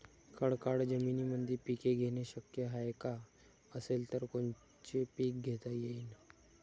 खडकाळ जमीनीमंदी पिके घेणे शक्य हाये का? असेल तर कोनचे पीक घेता येईन?